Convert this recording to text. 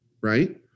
right